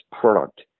product